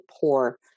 poor